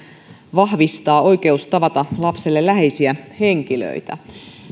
vahvistaa oikeus tavata lapselle läheisiä henkilöitä